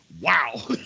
Wow